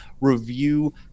review